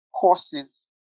courses